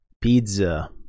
pizza